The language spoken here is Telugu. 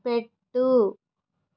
పెట్టు